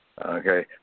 Okay